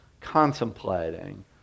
contemplating